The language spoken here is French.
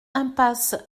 impasse